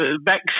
back